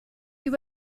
you